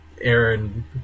Aaron